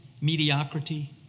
mediocrity